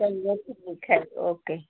चलिए ठीक है ओके